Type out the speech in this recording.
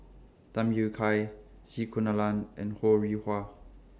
Tham Yui Kai C Kunalan and Ho Rih Hwa